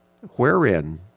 Wherein